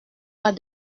pas